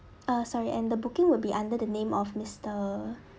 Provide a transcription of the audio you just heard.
uh sorry and the booking will be under the name of mister